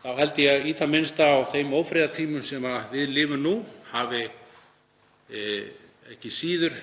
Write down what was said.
þá held ég að í það minnsta á þeim ófriðartímum sem við lifum nú hafi ekki síður